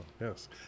Yes